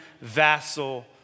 vassal